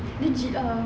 legit ah